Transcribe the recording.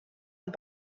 and